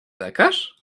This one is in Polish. lekarz